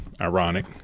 ironic